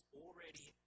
already